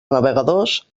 navegadors